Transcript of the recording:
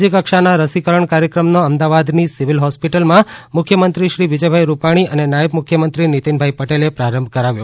રાજયકક્ષાના રસીકરણ કાર્યક્રમનો અમદાવાદની સીવીલ હોસ્પીટલમાં મુખ્યમંત્રી શ્રી વિજય રૂપાણી અને નાયબ મુખ્યમંત્રી નીતીનભાઇ પટેલે પ્રારંભ કરાવ્યો